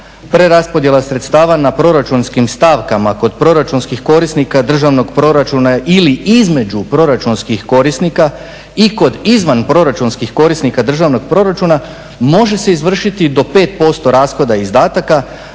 preraspodjela sredstava na proračunskim stavkama kod proračunskih korisnika državnog proračuna ili između proračunskih korisnika i kod izvanproračunskih korisnika državnog proračuna može se izvršiti do 5% rashoda i izdataka